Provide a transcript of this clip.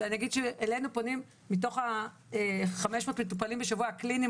שאני אגיד שאלינו פונים מתוך ה-500 מטופלים קליניים בשבוע,